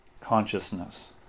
Consciousness